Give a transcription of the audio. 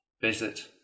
visit